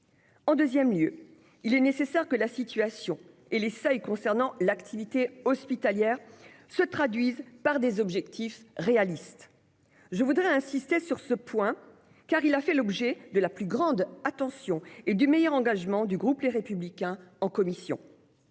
En deuxième lieu, il importe que la situation et les seuils concernant l'activité hospitalière se traduisent par des objectifs réalistes. Je veux insister sur ce point, car il a fait l'objet de la plus grande attention et du meilleur engagement du groupe Les Républicains en commission.